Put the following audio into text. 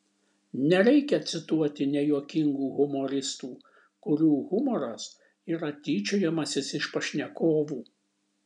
nereikia cituoti nejuokingų humoristų kurių humoras yra tyčiojimasis iš pašnekovų